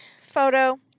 photo